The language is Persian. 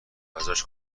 وجبش